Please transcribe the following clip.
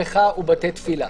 בריכה ובתי תפילה.